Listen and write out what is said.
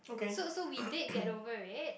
so so we did get over it